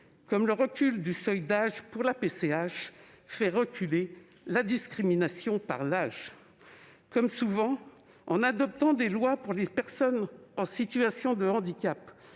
comme le recul du seuil d'âge pour la PCH fait reculer la discrimination par l'âge. Comme souvent, en adoptant des lois pour les personnes en situation de handicap